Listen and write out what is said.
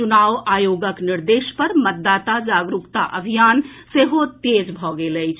चुनाव आयोगक निर्देश पर मतदाता जागरूकता अभियान सेहो तेज भऽ गेल अछि